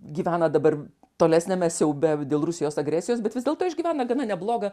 gyvena dabar tolesniame siaube dėl rusijos agresijos bet vis dėlto išgyvena gana neblogą